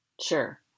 Sure